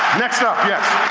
next up, yeah